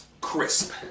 Crisp